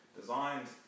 designed